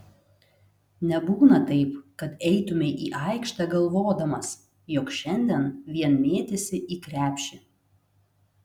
nebūna taip kad eitumei į aikštę galvodamas jog šiandien vien mėtysi į krepšį